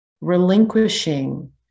relinquishing